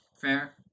Fair